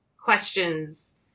questions